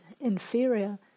inferior